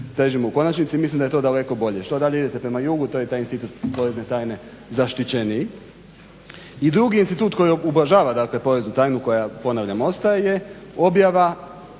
težimo u konačnici. Mislim da je to daleko bolje. Što dalje idete prema jugu to je taj institut porezne tajne zaštićeniji. I drugi institut koji ublažava dakle poreznu tajnu koja ponavljam ostaje je